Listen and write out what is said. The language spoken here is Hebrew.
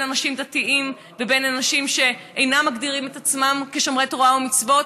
אנשים דתיים לבין אנשים שאינם מגדירים את עצמם כשומרי תורה ומצוות,